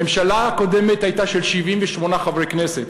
הממשלה הקודמת הייתה של 78 חברי כנסת